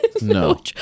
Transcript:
No